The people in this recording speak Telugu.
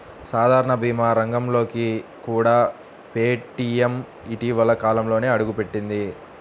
సాధారణ భీమా రంగంలోకి కూడా పేటీఎం ఇటీవలి కాలంలోనే అడుగుపెట్టింది